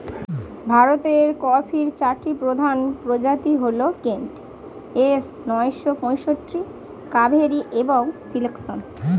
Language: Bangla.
ভারতের কফির চারটি প্রধান প্রজাতি হল কেন্ট, এস নয়শো পঁয়ষট্টি, কাভেরি এবং সিলেকশন